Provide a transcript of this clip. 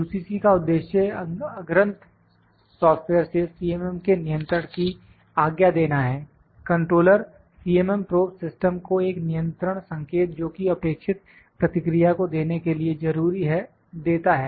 UCC का उद्देश्य अग्रंत सॉफ्टवेयर से CMM के नियंत्रण की आज्ञा देना है कंट्रोलर CMM प्रोब सिस्टम को एक नियंत्रण संकेत जोकि अपेक्षित प्रतिक्रिया को देने के लिए जरूरी है देता है